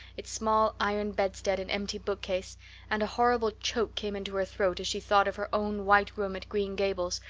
its small iron bedstead and empty book-case and a horrible choke came into her throat as she thought of her own white room at green gables,